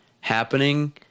happening